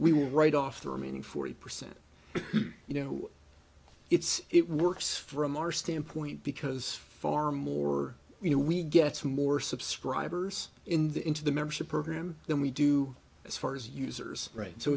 we were right off the remaining forty percent you know it's it works from our standpoint because far more you know we gets more subscribers in the into the membership program than we do as far as users right so